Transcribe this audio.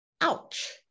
Ouch